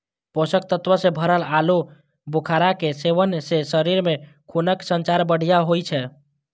पोषक तत्व सं भरल आलू बुखारा के सेवन सं शरीर मे खूनक संचार बढ़िया होइ छै